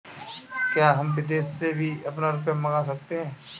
क्या हम विदेश से भी अपना रुपया मंगा सकते हैं?